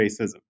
racism